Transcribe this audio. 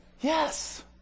Yes